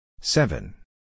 seven